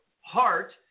heart